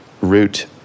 root